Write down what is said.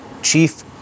Chief